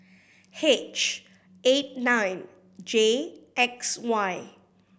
H eight nine J X Y